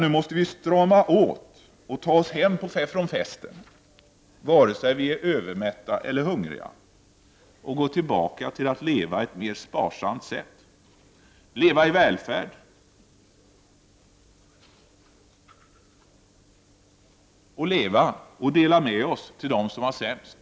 Nu måste vi strama åt och ta oss hem från festen, vare sig vi är övermätta eller hungriga, och gå tillbaka till att leva på ett mer sparsamt sätt — leva i välfärd och leva och dela med oss till dem som har det sämst.